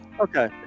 Okay